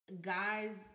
guys